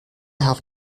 have